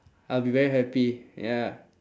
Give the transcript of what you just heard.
I'll be very happy ya